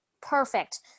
perfect